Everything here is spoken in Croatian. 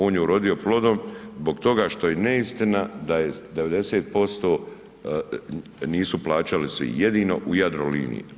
On je urodio plodom zbog toga što je neistina da je 90% nisu plaćali svi, jedino u Jadroliniji.